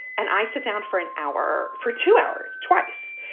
and i sat down for an hour for two hours twice,